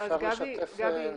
אפשר לשתף מצגת?